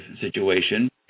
situation